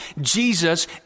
Jesus